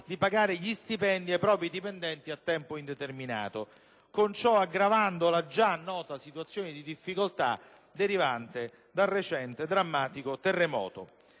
di pagare gli stipendi ai propri dipendenti a tempo indeterminato, con ciò aggravando la già nota situazione di difficoltà derivante dal recente, drammatico terremoto.